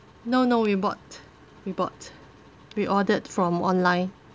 no no we bought we bought we ordered from online